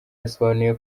yasobanuye